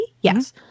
Yes